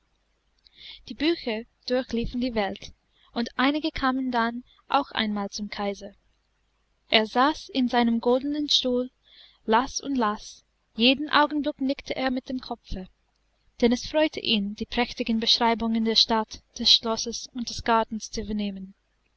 die bücher durchliefen die welt und einige kamen dann auch einmal zum kaiser er saß in seinem goldenen stuhl las und las jeden augenblick nickte er mit dem kopfe denn es freute ihn die prächtigen beschreibungen der stadt des schlosses und des gartens zu vernehmen